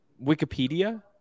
Wikipedia